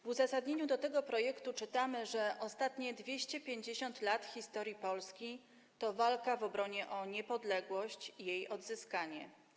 W uzasadnieniu tego projektu czytamy, że ostatnie 250 lat historii Polski to walka w obronie o niepodległość i jej odzyskanie.